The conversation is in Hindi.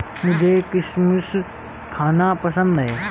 मुझें किशमिश खाना पसंद है